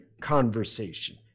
conversation